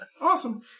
Awesome